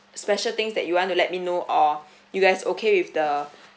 special things that you want to let me know or you guys okay with the